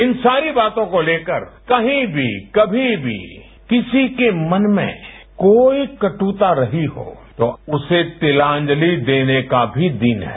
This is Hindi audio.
इन सारी बातों को लेकर कहीं भी कभी भी किसी के मन में कोई कटुता रही हो तो उसे तिलांजलि देने का भी दिन है